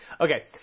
Okay